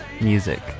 music